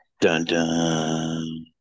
Dun-dun